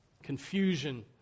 confusion